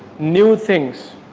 new things.